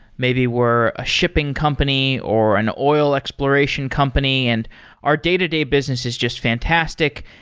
maybe we're a shipping company or an oil exploration company and our day-to-day business is just fantastic.